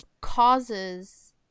causes